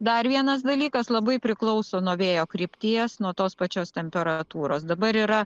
dar vienas dalykas labai priklauso nuo vėjo krypties nuo tos pačios temperatūros dabar yra